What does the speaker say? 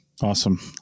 Awesome